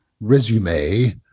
resume